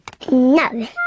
No